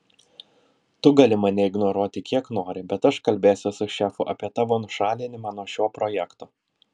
tu gali mane ignoruoti kiek nori bet aš kalbėsiu su šefu apie tavo nušalinimą nuo šio projekto